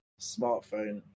smartphone